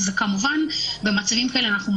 כמובן שבמצבים כאלה אנחנו ממליצים,